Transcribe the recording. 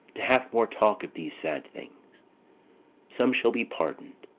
to have more talk of these sad things some shall be pardon'd,